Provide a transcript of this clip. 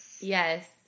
Yes